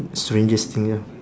strangest thing ya